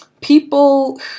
people